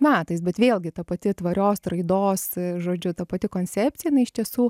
metais bet vėlgi ta pati tvarios raidos žodžiu ta pati koncepcija jinai iš tiesų